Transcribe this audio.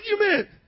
argument